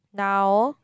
now